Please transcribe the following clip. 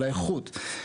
על האיכות.